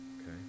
okay